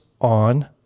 on